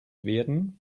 werden